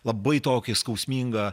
labai tokį skausmingą